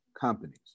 companies